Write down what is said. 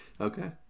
Okay